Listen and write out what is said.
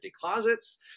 closets